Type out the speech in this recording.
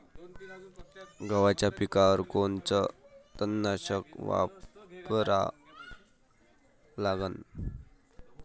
गव्हाच्या पिकावर कोनचं तननाशक वापरा लागन?